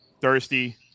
Thirsty